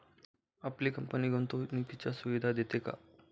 आपली कंपनी गुंतवणुकीच्या सुविधा देते का?